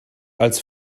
als